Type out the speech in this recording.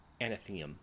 anathema